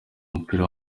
mupira